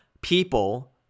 people